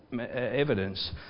evidence